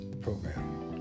program